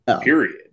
period